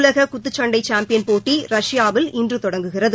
உலக குத்துச்சண்டை சாம்பியன் போட்டி ரஷ்யாவில் இன்று தொடங்குகிறது